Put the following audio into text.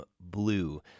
Blue